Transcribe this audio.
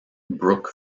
brooke